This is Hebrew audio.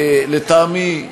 לטעמי,